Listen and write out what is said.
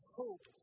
hope